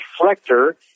reflector